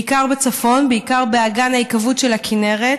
בעיקר בצפון, בעיקר באגן ההיקוות של הכינרת,